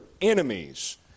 enemies